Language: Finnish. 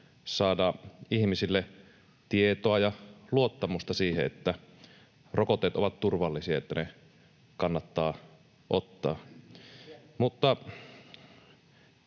saada ihmisille tietoa ja luottamusta siihen, että rokotteet ovat turvallisia, että ne kannattaa ottaa. [Mika